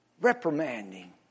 reprimanding